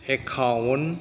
account